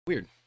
weird